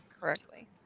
correctly